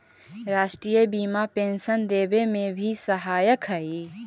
राष्ट्रीय बीमा पेंशन देवे में भी सहायक हई